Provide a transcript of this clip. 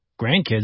grandkids